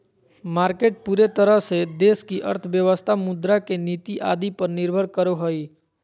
market पूरे तरह से देश की अर्थव्यवस्था मुद्रा के नीति आदि पर निर्भर करो हइ